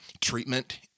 treatment